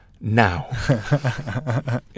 now